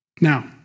Now